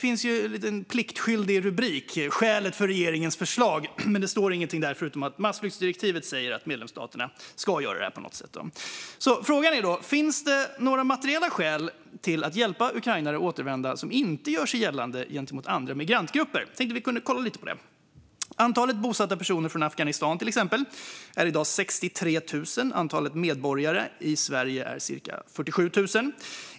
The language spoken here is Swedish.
Det finns en liten pliktskyldig rubrik om skälet för regeringens förslag, men det står ingenting där förutom att massflyktsdirektivet säger att medlemsstaterna ska göra det här på något sätt. Frågan är då: Finns det några materiella skäl till att hjälpa ukrainare att återvända som inte gör sig gällande gentemot andra migrantgrupper? Jag tänker att vi kan kolla lite på det. Antalet bosatta personer från Afghanistan till exempel är i dag 63 000. Antalet medborgare i Sverige är cirka 47 000.